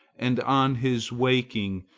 and, on his waking,